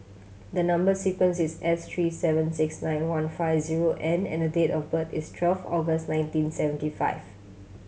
the number sequence is S three seven six nine one five zero N and the date of birth is twelve August nineteen seventy five